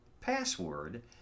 Password